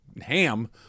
ham